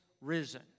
risen